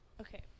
okay